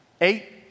eight